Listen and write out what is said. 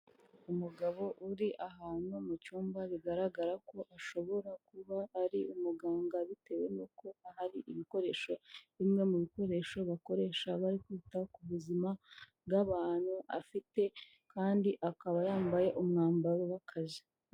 Umugabo uri ahantu mu cyumba bigaragara ko ashobora kuba ari umuganga bitewe n'uko hari ibikoresho bimwe mu bikoresho bakoresha bari kwita ku buzima bw'abantu afite kandi akaba yambaye umwambaro w'akazi.